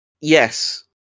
yes